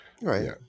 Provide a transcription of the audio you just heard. Right